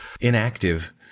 inactive